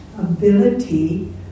ability